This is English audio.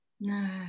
No